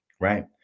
Right